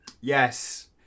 yes